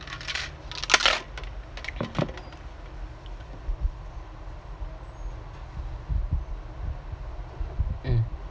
um